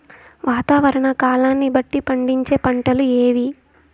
వాతావరణ కాలాన్ని బట్టి పండించే పంటలు ఏవి?